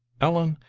ellen,